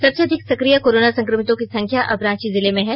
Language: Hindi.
सबसे अधिक सकिय कोरोना संक्रमितों की संख्या अब रांची जिले में है